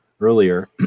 earlier